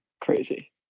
Crazy